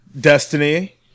Destiny